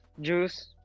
Juice